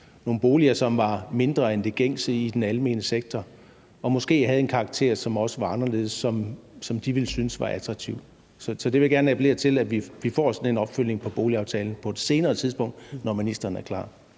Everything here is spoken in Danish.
nogle boliger, som var mindre end det gængse i den almene sektor, og som måske også havde en karakter, som var anderledes, og som de ville synes var attraktivt. Så jeg vil gerne appellere til, at vi får sådan en opfølgning på boligaftalen på et senere tidspunkt, når ministeren er klar.